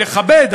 לכבד,